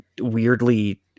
weirdly